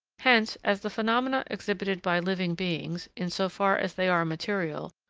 hence, as the phenomena exhibited by living beings, in so far as they are material,